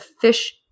fish